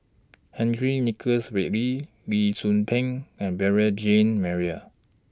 Henry Nicholas Ridley Lee Tzu Pheng and Beurel Jean Marie